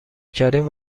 کردیم